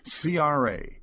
CRA